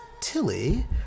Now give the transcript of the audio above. Tilly